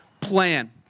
plan